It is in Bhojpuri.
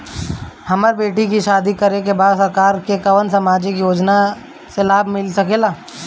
हमर बेटी के शादी करे के बा सरकार के कवन सामाजिक योजना से लाभ मिल सके ला?